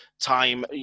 time